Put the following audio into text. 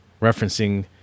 referencing